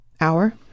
hour